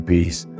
Peace